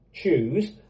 Choose